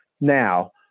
Now